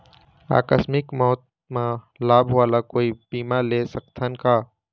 आकस मिक मौत म लाभ वाला कोई बीमा ले सकथन का?